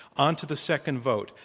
onto the second vote.